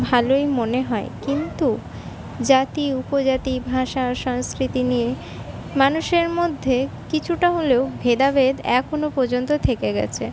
ভালোই মনে হয় কিন্তু জাতি উপজাতি ভাষার সংস্কৃতি নিয়ে মানুষের মধ্যে কিছুটা হলেও ভেদাভেদ এখনও পর্যন্ত থেকে গিয়েছে